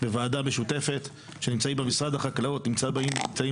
בוועדה משותפת שנמצאים בה משרד החקלאות ורמ"י.